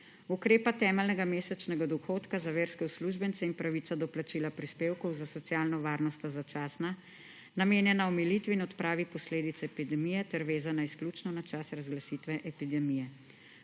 Ukrepa temeljnega mesečnega dohodka za verske uslužbence in pravico do plačila prispevkov za socialno varnost sta začasna, namenjena omilitvi in odpravi posledic epidemije ter vezana izključno na čas razglasitve epidemije.